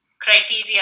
criteria